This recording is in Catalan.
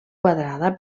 quadrada